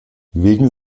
wegen